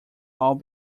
all